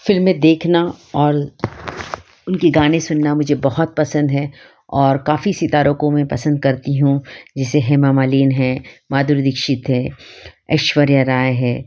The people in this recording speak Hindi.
फ़िल्में देखना और उनके गाने सुनना मुझे बहुत पसंद हैं और काफ़ी सितारों को मैं पसंद करती हूँ जैसे हेमा मालिनी है माधुरी दीक्षित है ऐश्वर्या राय है